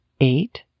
eight